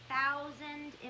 thousand